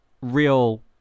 real